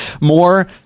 more